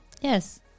Yes